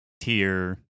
tier